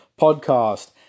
podcast